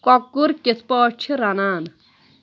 کۄکُر کِتھ پٲٹھۍ چِھ رنان ؟